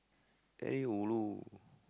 very ulu